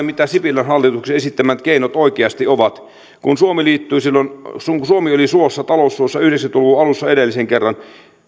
mitä sipilän hallituksen esittämät keinot oikeasti ovat kun suomi oli taloussuossa yhdeksänkymmentä luvun alussa edellisen kerran